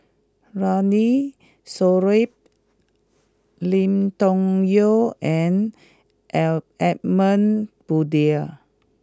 Ramli Sarip Lim Chong Yah and L Edmund Blundell